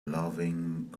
loving